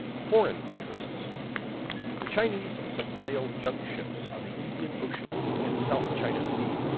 foreign interests the chinese set sail junk ships on the indian ocean and south china sea.